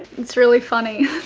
it's really funny.